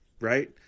right